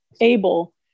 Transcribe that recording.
able